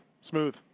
smooth